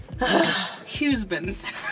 Husbands